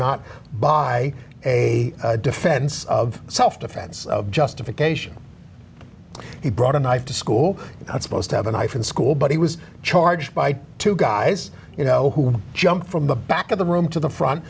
not buy a defense of self defense justification he brought a knife to school not supposed to have a knife in school but he was charged by two guys you know who jumped from the back of the room to the front